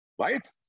right